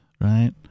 right